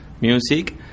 Music